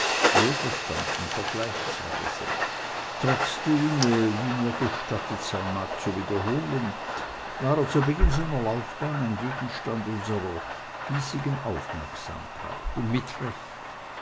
wohlverstanden vergleichsweise trotzdem wie mir gestattet sein mag zu wiederholen war er zu beginn seiner laufbahn ein gegenstand unsrer hiesigen aufmerksamkeit und mit recht